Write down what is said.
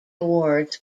awards